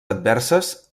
adverses